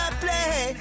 play